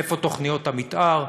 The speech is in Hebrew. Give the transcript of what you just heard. איפה תוכניות המתאר?